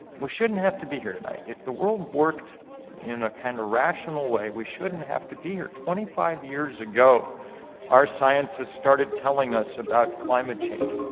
we shouldn't have to be here tonight. if the world worked in a kind of rational way, we shouldn't have to be here. twenty five years ago our scientists started telling us about climate change.